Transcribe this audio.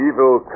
Evil